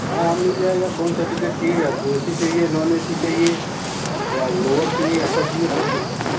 हाँ हाँ मिल जाएगा कौनसा टिकट चाहिए आपको ए सी चाहिए नॉन ए सी चाहिए या लोअर चाहिए अपर चाइए कौनसा चाहिए